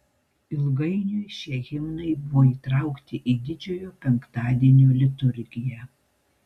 ilgainiui šie himnai buvo įtraukti į didžiojo penktadienio liturgiją